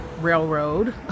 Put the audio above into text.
railroad